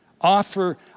offer